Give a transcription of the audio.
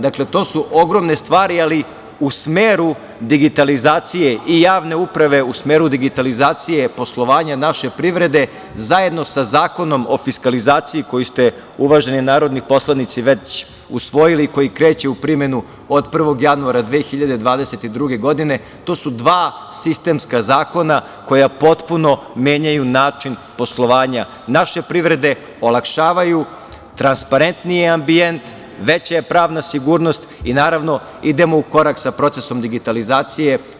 Dakle, to su ogromne stvari, ali u smeru digitalizacije i javne uprave, u smeru digitalizacije poslovanja naše privrede zajedno sa Zakonom o fiskalizaciji koji ste, uvaženi narodni poslanici, već usvojili, koji kreće u primenu od 1. januara 2022. godine, to su dva sistemska zakona koja potpuno menjaju način poslovanja naše privrede, olakšavaju, transparentniji ambijent, veća je pravna sigurnost i naravno idemo u korak sa procesom digitalizacije.